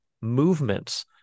movements